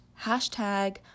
hashtag